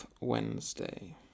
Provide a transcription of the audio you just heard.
Wednesday